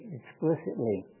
explicitly